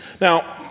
Now